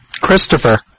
Christopher